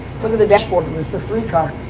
but the the dashboard. it was the three car.